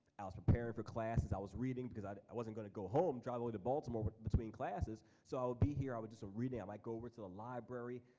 i was preparing for classes, i was reading because i i wasn't gonna go home. drive all the way to baltimore but between classes, so i'll be here. i was just reading, i i might go over to the library.